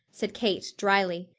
said kate dryly.